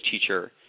teacher